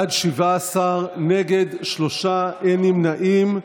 בעד, 17, נגד, שלושה, אין נמנעים.